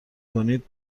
کنید